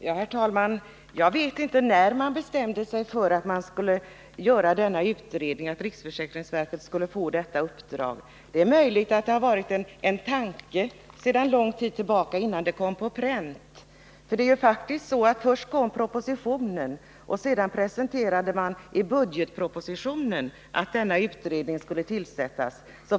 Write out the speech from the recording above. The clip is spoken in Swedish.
Herr talman! Jag vet inte när man bestämde sig för att riksförsäkringsverket skulle få uppdraget att göra denna utredning. Det är möjligt att denna tanke funnits lång tid innan den kom på pränt. Först kom propositionen och sedan aviserade man i budgetpropositionen att denna utredning skulle tillsättas.